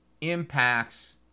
impacts